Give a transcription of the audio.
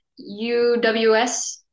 UWS